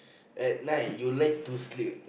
at night you like to sleep